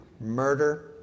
murder